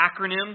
acronym